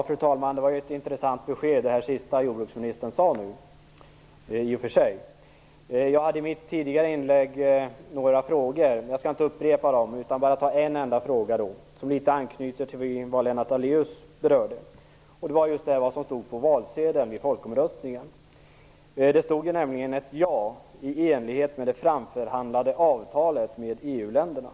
Fru talman! Det som jordbruksministern sade senast var ett intressant besked. Jag ställde några frågor i mitt tidigare inlägg, men jag skall inte upprepa mer än en av dem. Den anknyter litet till vad Lennart Daléus berörde, om vad som stod på valsedeln i folkomröstningen. Det stod nämligen att ett ja gällde i enlighet med det framförhandlade avtalet med EU-länderna.